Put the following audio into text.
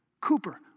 Cooper